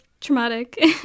traumatic